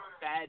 bad